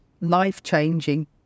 life-changing